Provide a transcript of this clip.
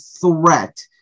threat